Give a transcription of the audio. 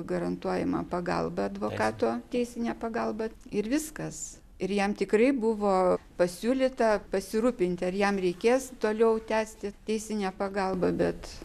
garantuojama pagalba advokato teisinė pagalba ir viskas ir jam tikrai buvo pasiūlyta pasirūpinti ar jam reikės toliau tęsti teisinę pagalbą bet